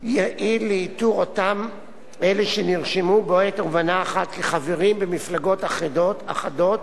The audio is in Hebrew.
יעיל לאיתור אותם אלה שנרשמו בעת ובעונה אחת כחברים במפלגות אחדות,